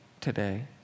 today